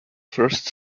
first